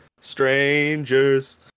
Strangers